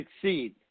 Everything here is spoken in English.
succeed